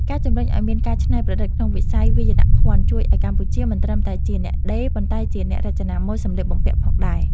ការជំរុញឱ្យមានការច្នៃប្រឌិតក្នុងវិស័យវាយនភណ្ឌជួយឱ្យកម្ពុជាមិនត្រឹមតែជាអ្នកដេរ ប៉ុន្តែជាអ្នករចនាម៉ូដសម្លៀកបំពាក់ផងដែរ។